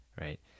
right